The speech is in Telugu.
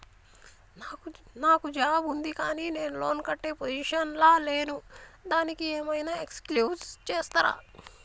నాకు జాబ్ ఉంది కానీ నేను లోన్ కట్టే పొజిషన్ లా లేను దానికి ఏం ఐనా ఎక్స్క్యూజ్ చేస్తరా?